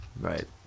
Right